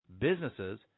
businesses